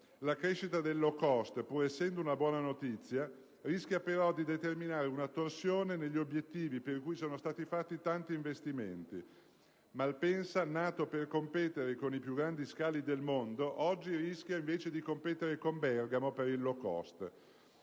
La crescita del *low* *cost*, pur essendo una buona notizia, rischia però di determinare una torsione degli obiettivi per cui sono stati fatti tanti investimenti. Malpensa, nato per competere con i più grandi scali del mondo, oggi rischia invece di competere con Bergamo per il *low cost*.